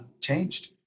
changed